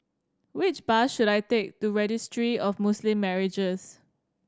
which bus should I take to Registry of Muslim Marriages